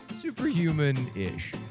superhuman-ish